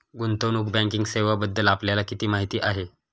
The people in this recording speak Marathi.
गुंतवणूक बँकिंग सेवांबद्दल आपल्याला किती माहिती आहे?